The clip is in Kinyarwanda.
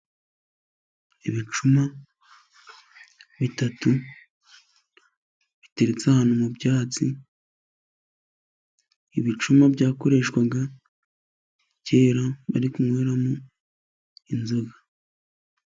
Ibicuma bitatu biteretse ahantu mu byatsi. Ibicuma byakoreshwaga kera bari kunyweramo inzoga.